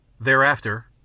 Thereafter